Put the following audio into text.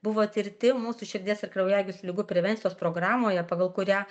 buvo tirti mūsų širdies ir kraujagyslių ligų prevencijos programoje pagal kurią